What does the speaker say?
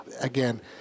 Again